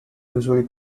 usually